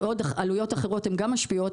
בעוד עלויות אחרות גם משפיעות,